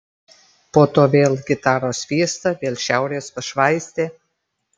po to vėl gitaros fiesta vėl šiaurės pašvaistė